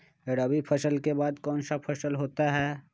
रवि फसल के बाद कौन सा फसल होता है?